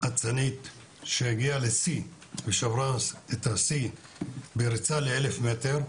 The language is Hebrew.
אצנית ששברה את שיא הריצה לאלף מטר.